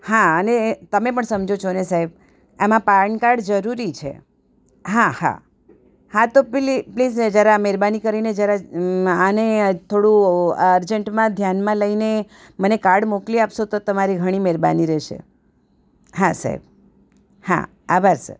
હા અને તમે પણ સમજો છો ને સાહેબ આમાં પાનકાડ જરૂરી છે હા હા હા તો પ્લીઝ ને જરા મહેરબાની કરીને જરા આને થોડું અર્જન્ટમાં ધ્યાનમાં લઈને મને કાડ મોકલી આપશો તો તમારી ઘણી મહેરબાની રહેશે હા સાહેબ હા આભાર સર